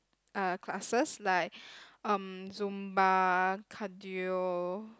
uh classes like um zumba cardio